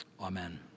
amen